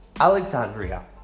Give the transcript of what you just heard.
Alexandria